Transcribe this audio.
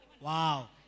Wow